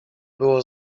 było